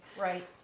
right